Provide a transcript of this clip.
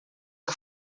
que